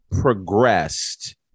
progressed